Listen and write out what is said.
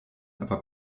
aber